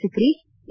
Sikri A